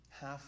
half